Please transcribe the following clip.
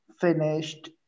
finished